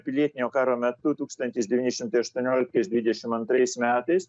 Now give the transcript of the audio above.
pilietinio karo metu tūkstantis devyni šimtai aštuonioliktais dvidešim antrais metais